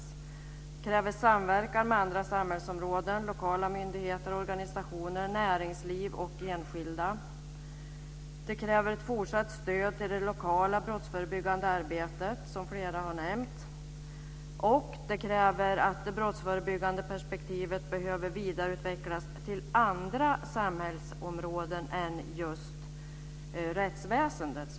För denna krävs samverkan med andra samhällsområden, lokala myndigheter och organisationer, näringsliv och enskilda. Det krävs ett fortsatt stöd till det lokala brottsförebyggande arbetet, som flera har nämnt. Det krävs också att det brottsförebyggande perspektivet vidgas till att omfatta också andra samhällsområden än rättsväsendet.